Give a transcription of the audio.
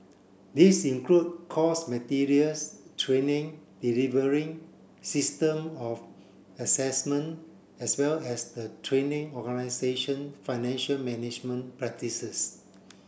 this include course materials training delivery system of assessment as well as the training organisation financial management practices